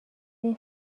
این